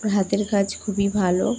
হাতের কাজ খুবই ভালো